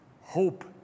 Hope